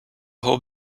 whole